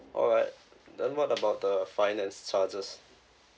alright then what about the finance charges